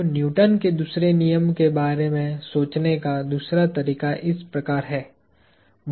तो न्यूटन के दूसरे नियम के बारे में सोचने का दूसरा तरीका इस प्रकार है